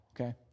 okay